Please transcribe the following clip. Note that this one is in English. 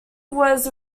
was